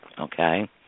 Okay